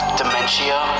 dementia